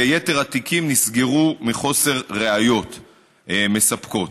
ויתר התיקים נסגרו מחוסר ראיות מספקות.